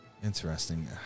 Interesting